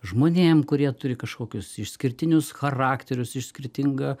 žmonėm kurie turi kažkokius išskirtinius charakterius ir skirtingą